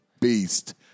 beast